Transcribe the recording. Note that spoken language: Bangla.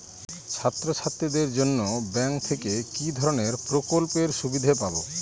ছাত্রছাত্রীদের জন্য ব্যাঙ্ক থেকে কি ধরণের প্রকল্পের সুবিধে পাবো?